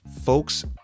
folks